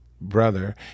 brother